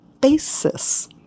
basis